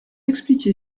expliqué